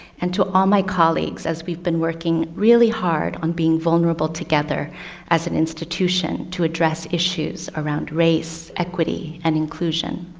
and to all my colleagues as we've been working really hard on being vulnerable together as an institution to address issues around race, equity and inclusion.